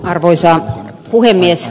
arvoisa puhemies